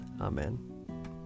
Amen